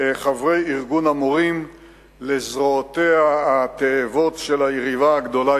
חברי ארגון המורים לזרועותיה התאבות של היריבה הגדולה,